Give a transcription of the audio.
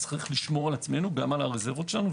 צריך לשמור על עצמנו ועל הרזרבות שלנו,